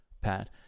pat